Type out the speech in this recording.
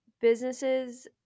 businesses